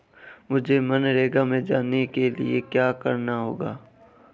मुझे मनरेगा में जाने के लिए क्या करना होगा?